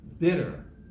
Bitter